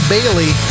Bailey